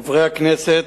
חברי הכנסת,